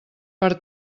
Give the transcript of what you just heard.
per